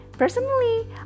Personally